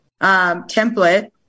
template